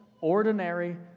ordinary